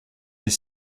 des